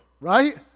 Right